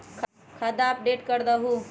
खाता अपडेट करदहु?